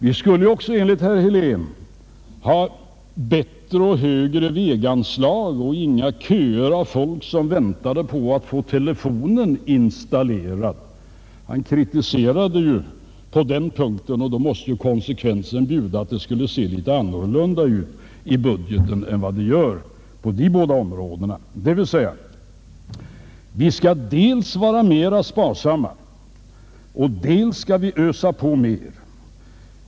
Vi skulle också enligt herr Helén ha bättre och högre väganslag och inga köer av folk som väntar på att få telefonen installerad. Han anförde kritik på denna punkt. Men då måste konsekvensen bjuda att det skulle se annorlunda ut i budgeten än det gör nu på dessa båda områden. Vi skall alltså dels vara mer sparsamma, dels ösa på mer.